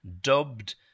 dubbed